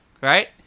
right